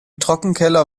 trockenkeller